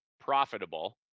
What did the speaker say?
profitable